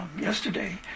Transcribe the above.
yesterday